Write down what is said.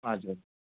हजुर